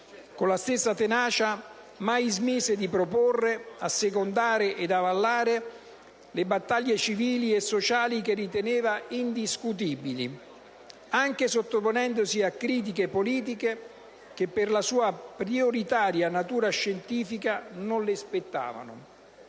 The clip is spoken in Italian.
Con la stessa tenacia, mai smise di proporre, assecondare ed avallare le battaglie civili e sociali che riteneva indiscutibili. Anche sottoponendosi a critiche politiche che per la sua prioritaria natura scientifica non le spettavano.